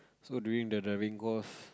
so during the driving course